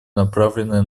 направленные